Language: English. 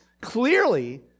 clearly